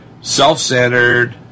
self-centered